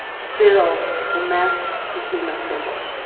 still, the masks became a symbol,